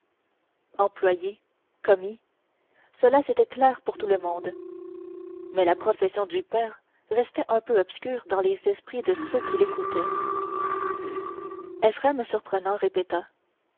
un magasin employés commis cela c'était clair pour tout le monde mais la profession du père restait un peu obscure dans les esprits de ceux qui l'écoutaient éphrem surprenant répéta